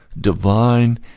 divine